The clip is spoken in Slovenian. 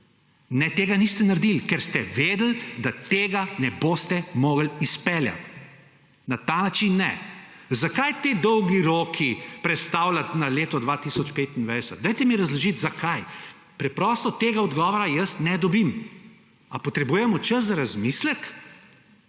Ne, tega niste naredili, ker ste vedeli, da tega ne boste mogli izpeljati. Na ta način ne. Zakaj ti dolgi roki prestavljati na leto 2025? Razložiti mi, zakaj? Preprosto tega odgovora ne dobim. Ali potrebujemo čas za razmislek